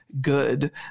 good